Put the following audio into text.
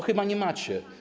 Chyba nie macie.